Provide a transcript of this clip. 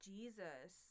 Jesus